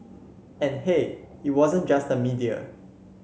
and hey it wasn't just the media